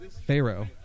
Pharaoh